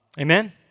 Amen